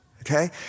Okay